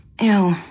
Ew